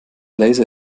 laser